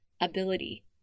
ability